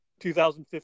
2015